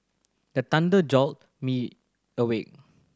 the thunder jolt me awake